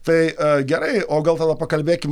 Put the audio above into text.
tai gerai o gal tada pakalbėkim